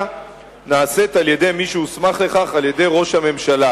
נעשית על-ידי מי שהוסמך לכך על-ידי ראש הממשלה,